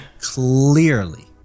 clearly